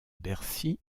bercy